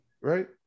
right